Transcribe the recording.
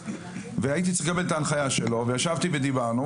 והייתי צריך לקבל את ההנחיה שלו וישבתי ודיברנו,